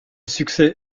succès